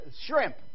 shrimp